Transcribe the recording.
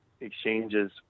exchanges